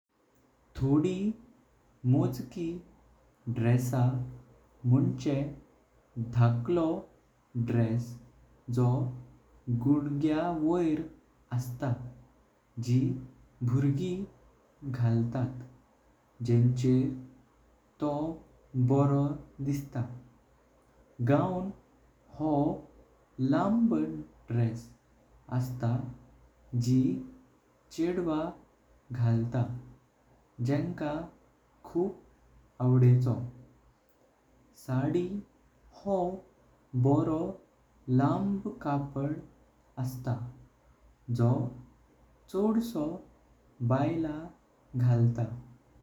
थोडी मोजकी ड्रेसा मोणचें ढाकलो ड्रेस जॉ गोंड्या वोर असता जी भुर्गीं घालतात जेन्केर तो बरो दिसता। गाऊन जॉ लंब ड्रेस असता जी छेडवा घालता जेन्का खूप आवडेको। साडी हो बरो लंब कपड असता जॉ चोडसो बायल घालता।